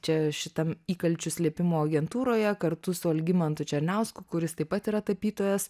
čia šitam įkalčių slėpimo agentūroje kartu su algimantu černiausku kuris taip pat yra tapytojas